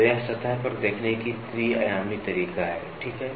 तो यह सतह पर देखने का त्रि आयामी तरीका है ठीक है